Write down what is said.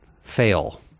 fail